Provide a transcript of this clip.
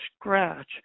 scratch